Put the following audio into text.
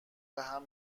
بهم